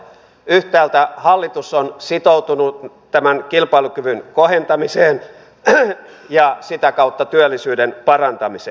yhtäältä hallitus on sitoutunut kilpailukyvyn kohentamiseen ja sitä kautta työllisyyden parantamiseen